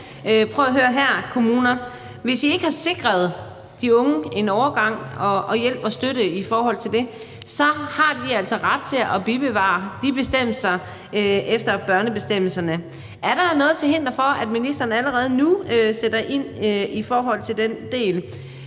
hvis I ikke har sikret de unge en overgang og hjælp og støtte i forhold til det, så har de altså ret til at bibeholde de bestemmelser, som gælder efter børnebestemmelserne? Er der noget til hinder for, at ministeren allerede nu sætter ind i forhold til den del?